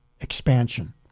expansion